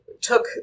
took